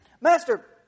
Master